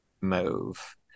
move